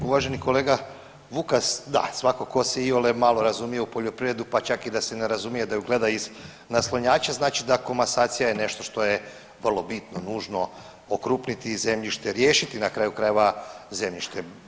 Uvaženi kolega Vukas svakako tko se iole malo razumije u poljoprivredu, pa čak i da se ne razumije, da je gleda iz naslonjača znači da komasacija je nešto što je vrlo bitno, nužno okrupniti zemljište, riješiti na kraju krajeva zemljište.